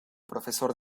profesor